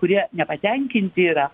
kurie nepatenkinti yra